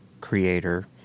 creator